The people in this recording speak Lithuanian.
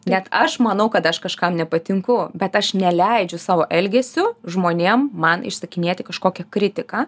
net aš manau kad aš kažkam nepatinku bet aš neleidžiu savo elgesiu žmonėm man išsakinėti kažkokią kritiką